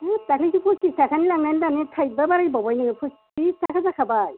हाब दाखालैसो फसिस थाखानि लांनाया दानो थाइबा बारायबावबाय नोङो थ्रिस थाखा जाखाबाय